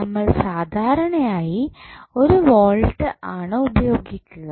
നമ്മൾ സാധാരണയായി ഒരു വോൾട്ട് ആണ് ഉപയോഗിക്കുക